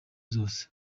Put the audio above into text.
zose